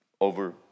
over